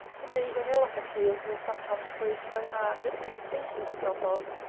indeed, an elephant's ears will sometimes freeze so hard that big pieces drop off,